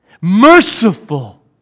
merciful